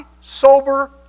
sober